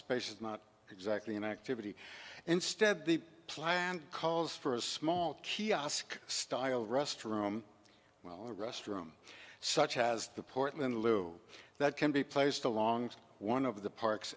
space is not exactly an activity instead the plan calls for a small kiosk style restroom well a restroom such as the portman loo that can be placed along one of the park